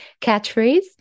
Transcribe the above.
catchphrase